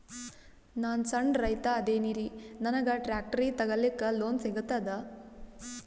ನಾನ್ ಸಣ್ ರೈತ ಅದೇನೀರಿ ನನಗ ಟ್ಟ್ರ್ಯಾಕ್ಟರಿ ತಗಲಿಕ ಲೋನ್ ಸಿಗತದ?